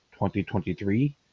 2023